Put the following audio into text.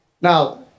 now